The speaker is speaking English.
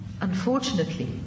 Unfortunately